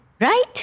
right